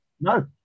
No